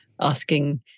asking